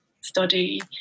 study